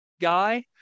guy